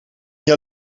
niet